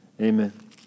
Amen